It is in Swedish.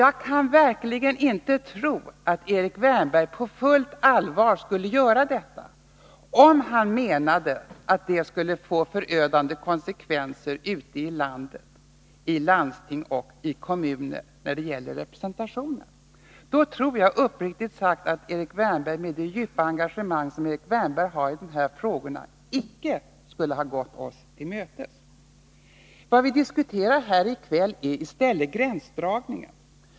Jag kan verkligen inte tro att Erik Wärnberg på fullt allvar skulle göra detta, om han menade att det skulle få förödande konsekvenser när det gäller representationen ute i landsting och kommuner. Jag tror uppriktigt sagt att Erik Wärnberg, med det djupa engagemang som han har i dessa frågor, icke skulle gått oss till mötes om han hade befarat någonting sådant. Vad vi diskuterar här i kväll är gränsdragningen.